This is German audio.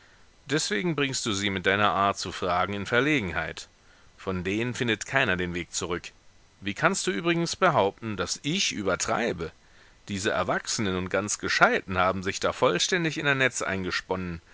deswegen bringst du sie mit deiner art zu fragen in verlegenheit von denen findet keiner den weg zurück wie kannst du übrigens behaupten daß ich übertreibe diese erwachsenen und ganz gescheiten haben sich da vollständig in ein netz eingesponnen